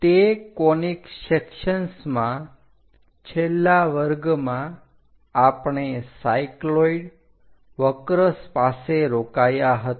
તે કોનીક સેકસન્સમાં છેલ્લા વર્ગમાં આપણે સાયક્લોઈડ વક્ર પાસે રોકાયા હતા